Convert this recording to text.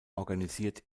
organisiert